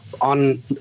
on